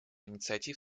инициатив